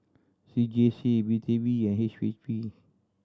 C J C B T B and H P B